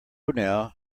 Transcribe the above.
now